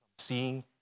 Seeing